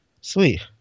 Sweet